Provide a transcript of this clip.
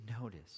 notice